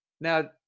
Now